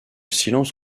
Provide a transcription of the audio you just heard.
silence